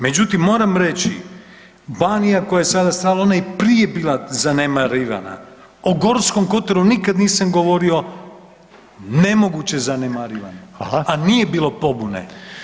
Međutim, moram reći Banija koja je sada stradala ona je i prije bila zanemarivana, o Gorskom kotaru nikad nisam govorio, nemoguće zanemarivano, a nije bilo pobune.